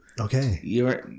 Okay